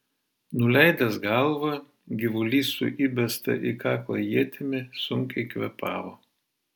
nuleidęs galvą gyvulys su įbesta į kaklą ietimi sunkiai kvėpavo